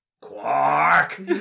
Quark